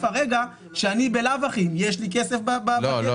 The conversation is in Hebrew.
כרגע שאני בלאו הכי אם יש לי כסף ב --- לא,